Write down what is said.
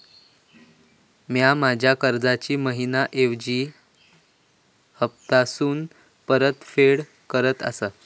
म्या माझ्या कर्जाची मैहिना ऐवजी हप्तासून परतफेड करत आसा